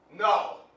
No